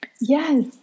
Yes